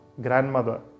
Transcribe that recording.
grandmother